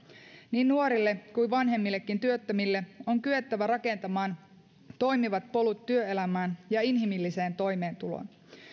niin nuorille kuin vanhemmillekin työttömille on kyettävä rakentamaan toimivat polut työelämään ja inhimilliseen toimeentuloon